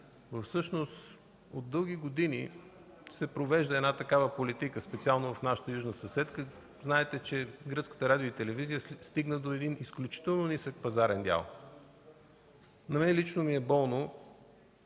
Всъщност от дълги години се провежда една такава политика, специално в нашата южна съседка. Знаете, че при гръцките радио и телевизия се стигна до един изключително нисък пазарен дял. На мен лично ми е болно,